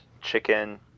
chicken